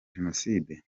jenoside